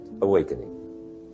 awakening